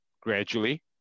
gradually